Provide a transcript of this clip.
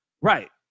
Right